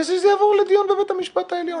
ושזה יעבור לדיון בבית המשפט העליון,